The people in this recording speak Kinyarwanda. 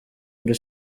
muri